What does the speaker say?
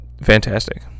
Fantastic